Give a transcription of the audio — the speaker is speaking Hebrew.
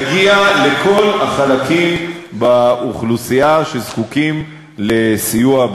נגיע לכל החלקים באוכלוסייה שזקוקים לסיוע,